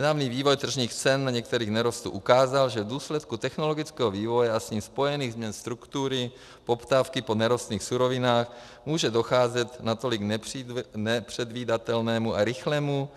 Nedávný vývoj tržních cen některých nerostů ukázal, že v důsledku technologického vývoje a s ním spojených změn struktury poptávky po nerostných surovinách může docházet k natolik nepředvídatelnému a rychlému